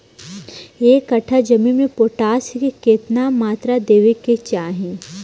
एक कट्ठा जमीन में पोटास के केतना मात्रा देवे के चाही?